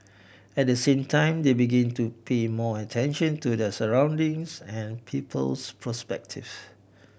at the same time they begin to pay more attention to their surroundings and people's perspective